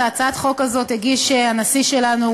את הצעת החוק הזאת הגישו הנשיא שלנו,